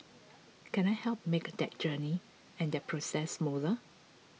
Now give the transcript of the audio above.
can I help make that journey and that process smoother